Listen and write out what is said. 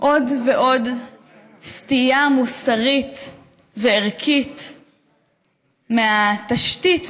עוד ועוד סטייה מוסרית וערכית מהתשתית,